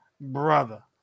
brother